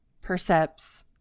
percepts